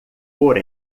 por